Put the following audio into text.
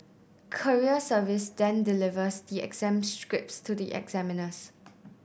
courier service then delivers the exam scripts to the examiners